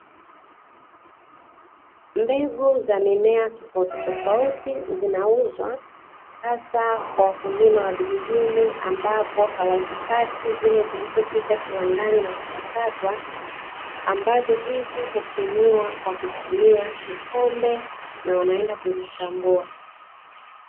Mbegu za mimea tofautitofauti zinauzwa hasa kwa wakulima wa vijijini ambapo hawazipati zile zilizopita kiwandani na kuchakatwa, ambazo hizi hupimiwa kwa kutumia kikombe na wanaenda kuzichambua.